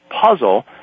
puzzle